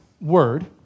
word